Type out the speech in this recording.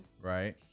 Right